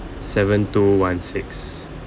seven two one six